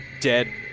dead